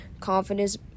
confidence